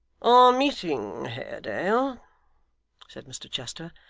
our meeting, haredale said mr chester,